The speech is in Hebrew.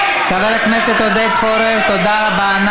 חבר הכנסת עודד פורר, תודה רבה.